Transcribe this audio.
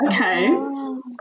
okay